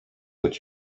what